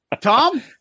Tom